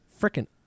freaking